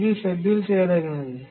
ఇవి షెడ్యూల్ చేయదగినవి